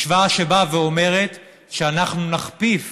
משוואה שבאה ואומרת שאנחנו נכפיף